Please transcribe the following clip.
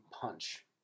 punch